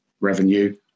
revenue